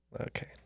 Okay